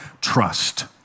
trust